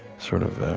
sort of,